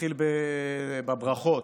אתחיל בברכות,